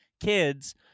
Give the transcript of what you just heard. kids